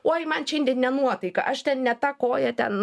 uoj man šiandien ne nuotaika aš ten ne ta koja ten